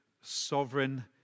Sovereign